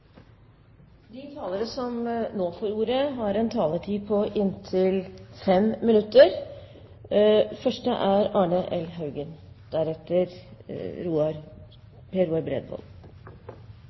De talere som heretter får ordet, har en taletid på inntil 3 minutter.